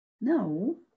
No